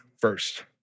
first